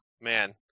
man